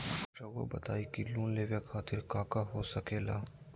रउआ बताई की लोन लेवे खातिर काका हो सके ला?